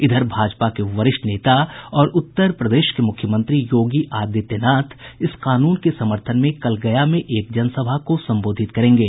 इधर भाजपा के वरिष्ठ नेता और उत्तर प्रदेश के मुख्यमंत्री योगी आदित्य नाथ इस कानून के समर्थन में कल गया में एक जन सभा को संबोधित करेंगे